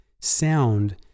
Sound